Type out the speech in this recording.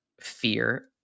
fear